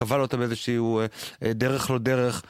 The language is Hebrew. קבל אותם איזשהו דרך לא דרך.